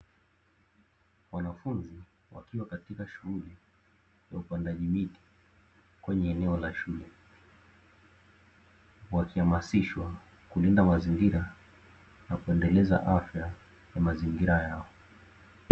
Wanafunzi wakiwa katika shughuli za upandaji miti kwenye eneo la shule, wakihamasishwa kulinda mazingira na kuendeleza afya ya mazingira yao.